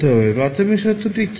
প্রাথমিক শর্তটি কী ছিল